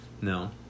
No